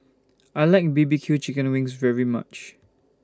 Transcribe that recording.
I like B B Q Chicken Wings very much